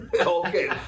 Okay